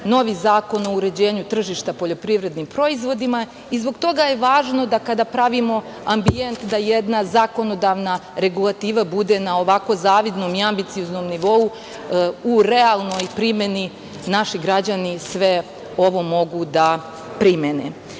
novi Zakon o uređenju tržišta poljoprivrednim proizvodima. Zbog toga je važno da pravimo ambijent da jedna zakonodavna regulativa bude na ovako zavidnom i ambicioznom nivou, u realnoj primeni, da naši građani sve ovo mogu da